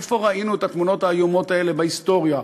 איפה ראינו את התמונות האיומות האלה בהיסטוריה?